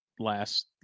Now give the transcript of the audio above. last